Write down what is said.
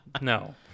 no